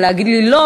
אבל להגיד לי לא,